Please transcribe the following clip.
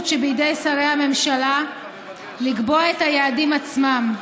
שבידי שרי הממשלה לקבוע את היעדים עצמם.